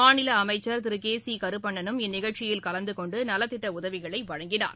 மாநில அமைச்சர் Thiru K C கருப்பண்ணனும் இந்நிகழ்ச்சியில் கலந்து கொண்டு நலத்திட்ட உதவிகளை வழங்கினார்